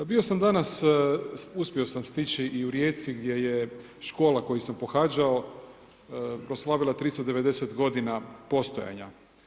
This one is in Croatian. Pa bio sam danas, uspio sam stići i u Rijeci gdje je škola koju sam pohađao proslavila 390 g. postojanja.